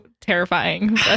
terrifying